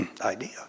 idea